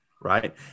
Right